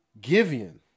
Givian